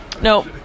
no